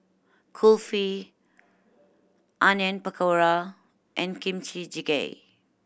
Kulfi Onion Pakora and Kimchi Jjigae